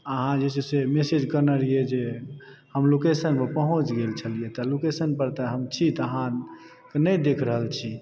अहाँ जे छै से मैसेज करने रहिए जे हम लोकेशन पर पहुँच गेल छलियै तऽ लोकेशन पर तऽ हम छी तऽ अहाँ के नहि देख रहल छी